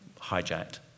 hijacked